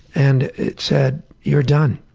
and it said you're done.